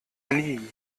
nie